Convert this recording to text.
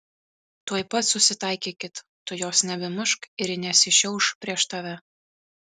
tuoj pat susitaikykit tu jos nebemušk ir ji nesišiauš prieš tave